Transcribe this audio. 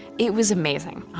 it was amazing.